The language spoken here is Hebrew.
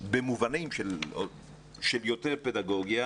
במובנים של יותר פדגוגיה